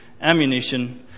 ammunition